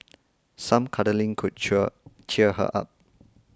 some cuddling could cheer cheer her up